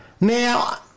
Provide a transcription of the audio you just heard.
Now